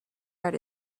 art